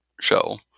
show